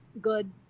good